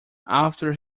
after